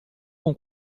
con